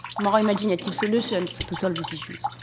more imaginative solution to solve these issues.